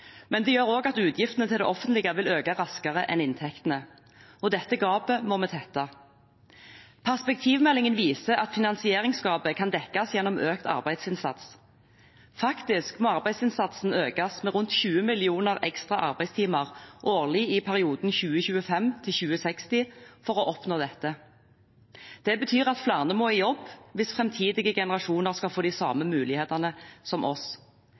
Men det gjør også at utgiftene til det offentlige vil øke raskere enn inntektene, og det gapet må vi tette. Perspektivmeldingen viser at finansieringsgapet kan dekkes gjennom økt arbeidsinnsats. Faktisk må arbeidsinnsatsen økes med rundt 20 millioner ekstra arbeidstimer årlig i perioden 2025 til 2060 for å oppnå dette. Det betyr at flere må i jobb hvis framtidige generasjoner skal få de samme mulighetene som oss.